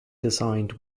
designed